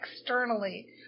externally